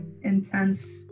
intense